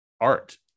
art